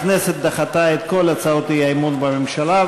הכנסת דחתה את כל הצעות האי-אמון בממשלה.